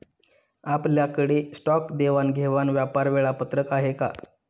आपल्याकडे स्टॉक देवाणघेवाण व्यापार वेळापत्रक आहे का?